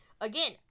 Again